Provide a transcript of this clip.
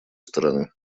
стороны